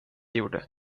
gjorde